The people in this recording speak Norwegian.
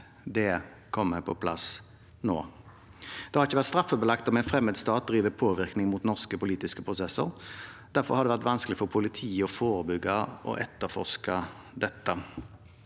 Det kommer på plass nå. Det har ikke vært straffebelagt om en fremmed stat driver påvirkning mot norske politiske prosesser. Derfor har det vært vanskelig for politiet å forebygge og etterforske dette.